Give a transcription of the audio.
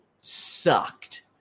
sucked